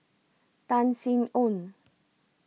Tan Sin Aun